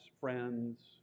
friends